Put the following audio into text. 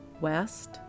west